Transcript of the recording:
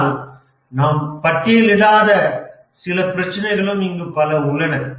ஆனால் நாம் பட்டியலிடாத சிறிய பிரச்சனைகளும் இங்கு பல உள்ளன